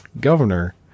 governor